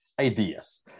ideas